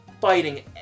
fighting